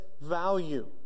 value